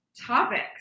topics